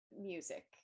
music